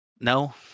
No